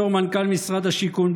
בתור מנכ"ל משרד השיכון,